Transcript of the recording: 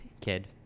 kid